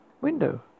window